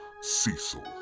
Cecil